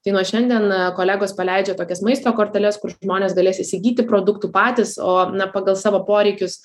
tai nuo šiandien kolegos paleidžia tokias maisto korteles kur žmonės galės įsigyti produktų patys o na pagal savo poreikius